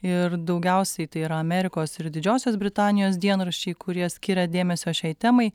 ir daugiausiai tai yra amerikos ir didžiosios britanijos dienraščiai kurie skiria dėmesio šiai temai